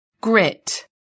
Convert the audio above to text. grit